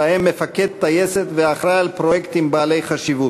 ובהם מפקד טייסת ואחראי לפרויקטים בעלי חשיבות.